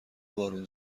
بارون